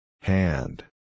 Hand